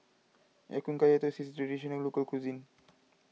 Ya Kun Kaya Toast is a Traditional Local Cuisine